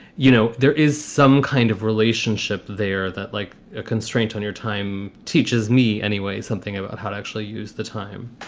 you know, there is some kind of relationship there that like a constraint on your time teaches me anyway, something about how to actually use the time